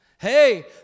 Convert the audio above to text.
Hey